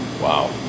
Wow